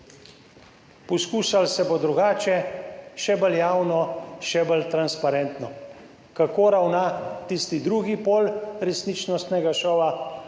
Poskušalo se bo drugače, še bolj javno, še bolj transparentno. Kako ravna tisti drugi pol resničnostnega šova?